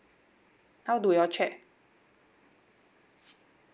how do you all check